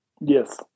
yes